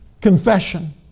confession